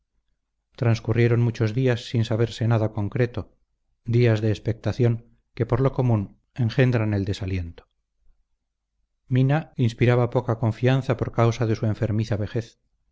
transcurrieron muchos días sin saberse nada concreto días de expectación que por lo común engendran el desaliento mina inspiraba poca confianza por causa de su enfermiza vejez